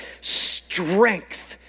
strength